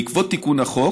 בעקבות תיקון החוק,